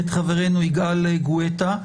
את חברנו יגאל גואטה,